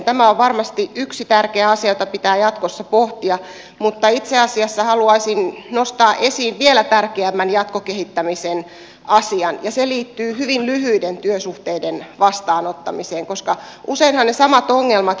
tämä on varmasti yksi tärkeä asia jota pitää jatkossa pohtia mutta itse asiassa haluaisin nostaa esiin vielä tärkeämmän jatkokehittämisen asian ja se liittyy hyvin lyhyiden työsuhteiden vastaanottamiseen koska usein ne samat ongelmat